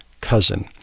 cousin